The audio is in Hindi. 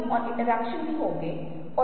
यहाँ एक दृश्य कलाकार है जिसने यह पता लगाया है